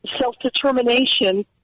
self-determination